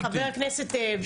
רגע, שנייה, חבר הכנסת בגין.